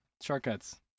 Shortcuts